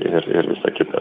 ir ir visa kita